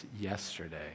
yesterday